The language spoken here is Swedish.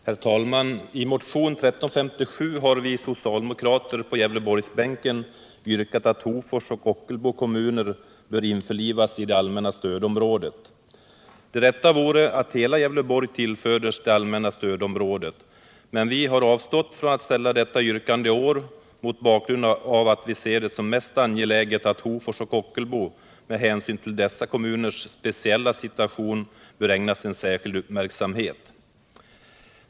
Herr talman! I motionen 1357 har vi socialdemokrater på Gävleborgsbänken yrkat att Hofors och Ockelbo kommuner bör införlivas med det allmänna stödområdet. Det rätta vore att hela Gävleborgs län inlemmades i det allmänna stödområdet, men vi har avstått från att ställa detta yrkande i år mot bakgrund av att vi ser det som mest angeläget att Hofors och Ockelbo — med hänsyn till dessa kommuners speciella situation — ägnas särskild uppmärksamhet.